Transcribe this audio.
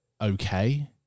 okay